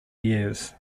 years